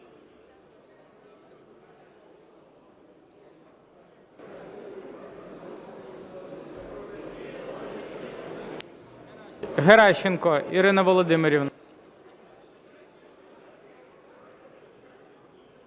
Геращенко Ірина Володимирівна.